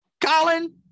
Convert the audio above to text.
Colin